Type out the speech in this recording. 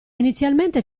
inizialmente